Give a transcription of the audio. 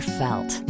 felt